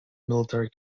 military